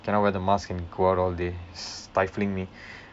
cannot wear the mask and go out all day stifling me